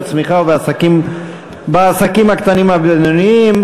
בצמיחה ובעסקים הקטנים והבינוניים.